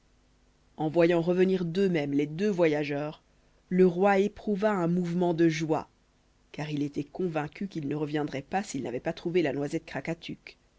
en voyant revenir d'eux-mêmes les deux voyageurs le roi éprouva un mouvement de joie car il était convaincu qu'ils ne reviendraient pas s'ils n'avaient pas trouvé la noisette